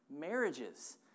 marriages